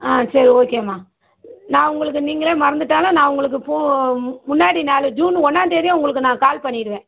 ஆ சரி ஓகேம்மா நான் உங்களுக்கு நீங்களே மறந்துட்டாலும் நான் உங்களுக்கு பூ முன்னாடி நாள் ஜூன் ஒன்றாந்தேதியே உங்களுக்கு நான் கால் பண்ணிவிடுவேன்